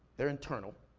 they're internal,